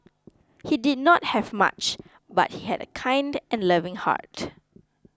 he did not have much but he had a kind and loving heart